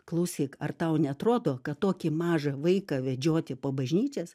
klausyk ar tau neatrodo kad tokį mažą vaiką vedžioti po bažnyčias